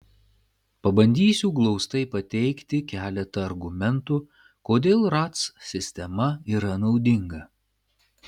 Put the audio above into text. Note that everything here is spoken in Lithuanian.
pabandysiu glaustai pateikti keletą argumentų kodėl ratc sistema yra naudinga